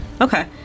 Okay